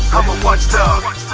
i'm a watchdog i